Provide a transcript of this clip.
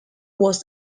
was